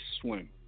swim